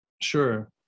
Sure